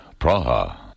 Praha